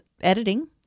editing